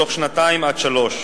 בתוך שנתיים עד שלוש.